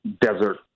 desert